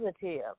positive